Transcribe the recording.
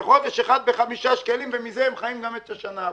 וחודש ב-5 שקלים, ומה זה הם חיים גם את השנה הבאה.